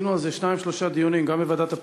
עשינו על זה שניים-שלושה דיונים גם בוועדת הפנים,